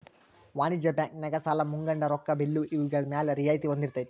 ವಾಣಿಜ್ಯ ಬ್ಯಾಂಕ್ ನ್ಯಾಗ ಸಾಲಾ ಮುಂಗಡ ರೊಕ್ಕಾ ಬಿಲ್ಲು ಇವ್ಗಳ್ಮ್ಯಾಲೆ ರಿಯಾಯ್ತಿ ಹೊಂದಿರ್ತೆತಿ